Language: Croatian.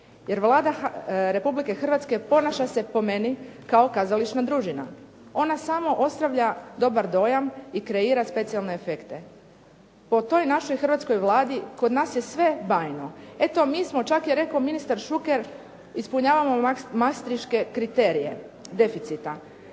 Jer Vlada Republike Hrvatske ponaša se po meni kao kazališna družina. Ona samo ostavlja dobar dojam i kreira specijalne efekte. Po toj našoj Hrvatskoj Vladi, kod nas je sve bajno. Eto, mi smo, čak je rekao ministar Šuker ispunjavamo mastrijške kriterije deficita